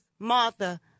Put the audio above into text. Martha